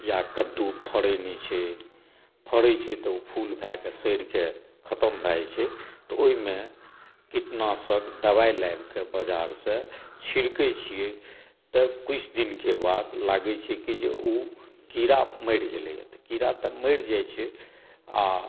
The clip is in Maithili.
या कद्दू फरै नहि छै फरै छै तऽ ओ फूल भैकऽ सड़िक खतम भए जाइ छै तऽ ओहिमे कीटनाशक दबाइ लाबिकऽ बाज़ारसॅं छिड़कै छियै तऽ किछु दिनके बाद लागै छै की जे ओ कीड़ा मरि गेलै हँ कीड़ा तऽ मरि जाइ छै आ